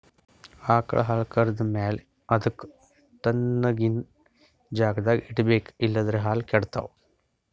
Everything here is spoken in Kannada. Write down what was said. ಆಕಳ್ ಹಾಲ್ ಕರ್ದ್ ಮ್ಯಾಲ ಅದಕ್ಕ್ ತಣ್ಣಗಿನ್ ಜಾಗ್ದಾಗ್ ಇಡ್ಬೇಕ್ ಇಲ್ಲಂದ್ರ ಹಾಲ್ ಕೆಡ್ತಾವ್